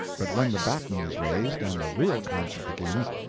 but when the baton is raised and the real concert begins,